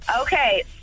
Okay